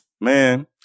Man